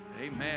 amen